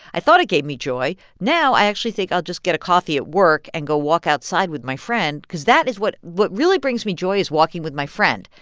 i thought it gave me joy. now i actually think i'll just get a coffee at work and go walk outside with my friend cause that is what what really brings me joy is walking with my friend,